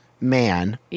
man